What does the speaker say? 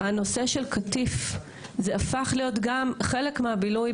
הם יודעים להדריך ולסייע,